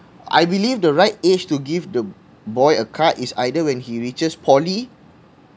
I believe the right age to give the boy a card is either when he reaches poly